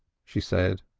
she said.